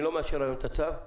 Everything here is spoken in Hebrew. אני לא מאשר היום את הצו.